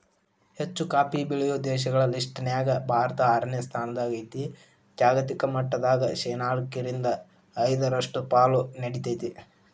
ಹೆಚ್ಚುಕಾಫಿ ಬೆಳೆಯೋ ದೇಶಗಳ ಲಿಸ್ಟನ್ಯಾಗ ಭಾರತ ಆರನೇ ಸ್ಥಾನದಾಗೇತಿ, ಜಾಗತಿಕ ಮಟ್ಟದಾಗ ಶೇನಾಲ್ಕ್ರಿಂದ ಐದರಷ್ಟು ಪಾಲು ನೇಡ್ತೇತಿ